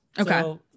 Okay